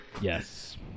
Yes